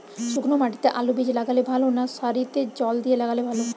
শুক্নো মাটিতে আলুবীজ লাগালে ভালো না সারিতে জল দিয়ে লাগালে ভালো?